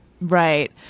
Right